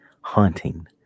haunting